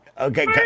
Okay